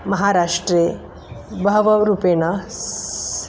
महाराष्ट्रे बहवरूपेण